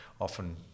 often